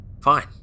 Fine